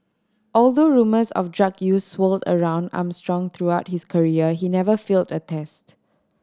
although rumours of drug use swirled around Armstrong throughout his career he never failed a test